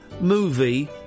Movie